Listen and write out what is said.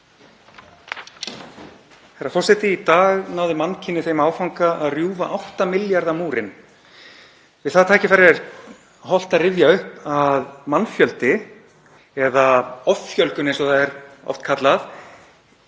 Herra forseti. Í dag náði mannkynið þeim áfanga að rjúfa 8 milljarða múrinn. Við það tækifæri er hollt að rifja upp að mannfjöldi, eða offjölgun eins og það er oft kallað,